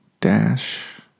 dash